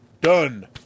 done